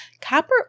Copper